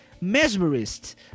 Mesmerist